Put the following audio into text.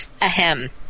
ahem